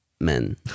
men